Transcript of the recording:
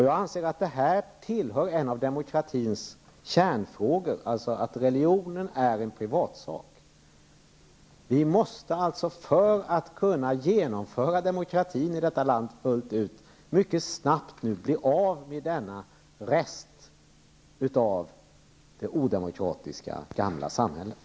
Jag anser att en av demokratins kärnfrågor är att religionen är en privatsak. Vi måste alltså, för att kunna genomföra demokratin i det här landet fullt ut, mycket snabbt bli av med denna rest av det odemokratiska gamla samhället.